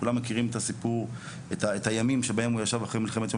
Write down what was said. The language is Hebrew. כולם מכירים את הימים שבהם הוא ישב אחרי מלחמת יום